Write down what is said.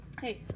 hey